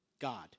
God